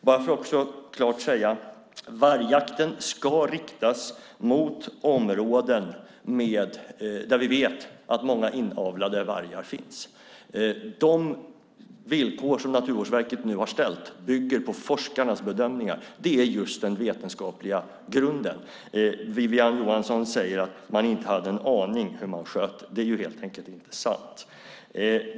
Jag vill också klart säga att vargjakten ska riktas mot områden där vi vet att många inavlade vargar finns. De villkor som Naturvårdsverket nu har ställt bygger på forskarnas bedömningar. Det är just den vetenskapliga grunden. Wiwi-Anne Johansson säger att man inte hade en aning om hur man sköt. Det är helt enkelt inte sant.